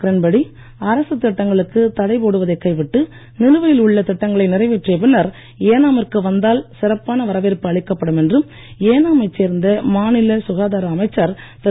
கிரண்பேடி அரசுத் திட்டங்களுக்கு தடை போடுவதைக் கைவிட்டு நிலுவையில் உள்ள திட்டங்களை நிறைவேற்றிய பின்னர் ஏனா மிற்கு வந்தால் சிறப்பான வரவேற்பு அளிக்கப்படும் என்று ஏனா மைச் சேர்ந்த மாநில சுகாதார அமைச்சர் திரு